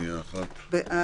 כשמדובר בדרגה ראשונה, יש דברים.